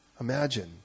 Imagine